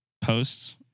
posts